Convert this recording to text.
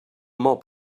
mop